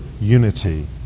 unity